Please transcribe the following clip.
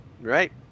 Right